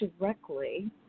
directly